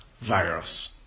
virus